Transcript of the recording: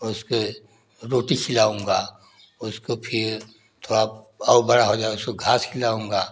उसके रोटी खिलाऊँगा उसको फिर थोड़ा और बड़ा हो जाए उसको घास खिलाऊँगा